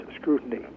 scrutiny